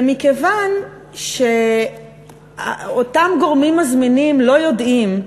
זה מכיוון שאותם גורמים מזמינים לא יודעים,